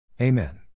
Amen